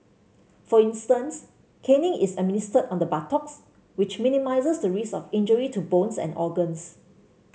for instance caning is administered on the buttocks which minimises the risk of injury to bones and organs